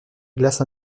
glace